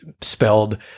spelled